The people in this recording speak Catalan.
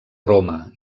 roma